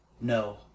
No